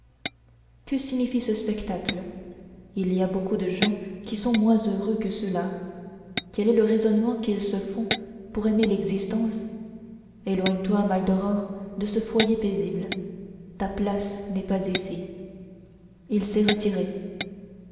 que signifie ce spectacle il y a beaucoup de gens qui sont moins heureux que ceux-là quel est le raisonnement qu'ils se font pour aimer l'existence eloigne toi maldoror de ce foyer paisible ta place n'est pas ici il s'est retiré